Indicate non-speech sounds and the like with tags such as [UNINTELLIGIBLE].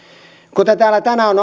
kuten täällä tänään [UNINTELLIGIBLE]